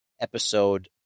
episode